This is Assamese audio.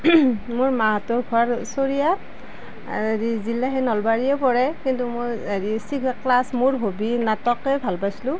মোৰ মাহঁতৰ ঘৰ চৰিয়াত জিলা সেই নলবাৰীয়ে পৰে কিন্তু মই হেৰি মোৰ চিগা ক্লাছ মোৰ হবী নাটকেই ভাল পাইছিলোঁ